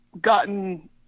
gotten